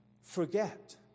forget